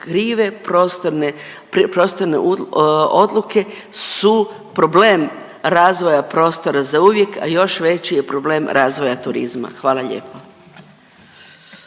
Krive prostorne odluke su problem razvoja prostora zauvijek, a još veći je problem razvoja turizma. Hvala lijepo.